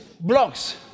blocks